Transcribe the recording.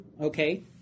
okay